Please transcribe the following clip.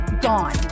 gone